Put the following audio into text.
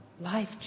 life